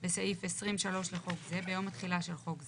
בסעיף 20.3 לחוק זה ביום התחילה של חוק זה.